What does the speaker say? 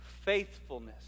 faithfulness